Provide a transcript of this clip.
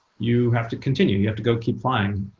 you have to continue. you have to go keep flying.